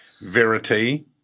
Verity